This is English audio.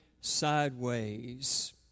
sideways